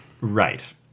Right